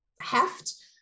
heft